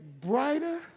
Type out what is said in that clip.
brighter